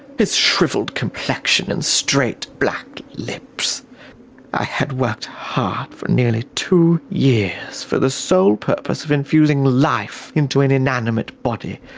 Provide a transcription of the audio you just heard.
his shrivelled complexion and straight black lips i had worked hard for nearly two years for the sole purpose of infusing life into an inanimate body.